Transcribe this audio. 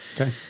Okay